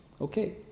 Okay